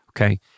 okay